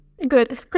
Good